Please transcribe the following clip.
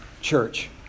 church